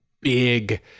big